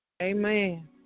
Amen